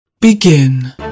Begin